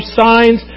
signs